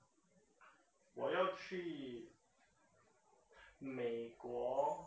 我要去美国